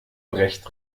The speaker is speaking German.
brecht